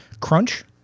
crunch